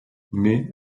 mais